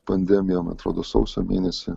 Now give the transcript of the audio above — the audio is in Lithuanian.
pandemiją man atrodo sausio mėnesį